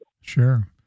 Sure